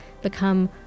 become